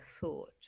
thought